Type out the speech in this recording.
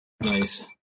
Nice